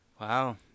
Wow